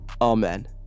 Amen